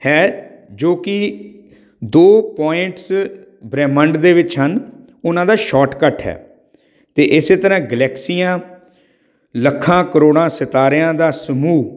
ਹੈ ਜੋ ਕਿ ਦੋ ਪੁਆਇੰਟਸ ਬ੍ਰਹਿਮੰਡ ਦੇ ਵਿੱਚ ਹਨ ਉਹਨਾਂ ਦਾ ਸ਼ੋਰਟਕੱਟ ਹੈ ਅਤੇ ਇਸ ਤਰ੍ਹਾਂ ਗਲੈਕਸੀਆਂ ਲੱਖਾਂ ਕਰੋੜਾਂ ਸਿਤਾਰਿਆਂ ਦਾ ਸਮੂਹ